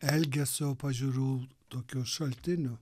elgesio pažiūrų tokiu šaltiniu